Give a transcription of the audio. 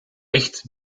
echt